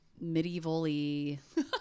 medieval-y